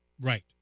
Right